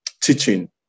teaching